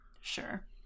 Sure